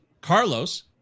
Carlos